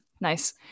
nice